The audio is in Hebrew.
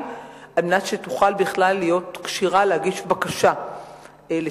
על מנת שתוכל בכלל להיות כשירה להגיש בקשה לתמיכה.